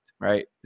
right